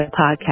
podcast